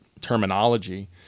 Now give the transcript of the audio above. terminology